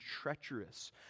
treacherous